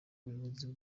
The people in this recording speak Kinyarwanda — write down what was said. ubuyobozi